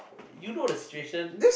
you know the situation